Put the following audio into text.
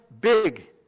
big